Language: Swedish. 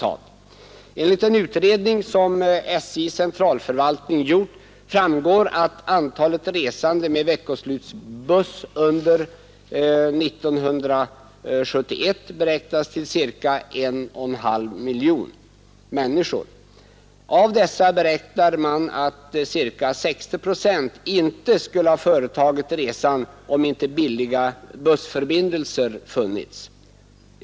Av en utredning som SJ:s centralförvaltning gjort framgår att antalet resande med veckoslutsbuss under 1971 beräknas till cirka en och en halv miljon. Av dessa beräknar man att ca 60 procent inte skulle ha företagit resan om inte billiga bussförbindelser funnits.